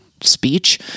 speech